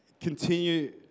continue